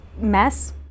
mess